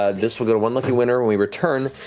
ah this will go to one lucky winner when we return.